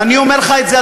ואני אומר לך את זה,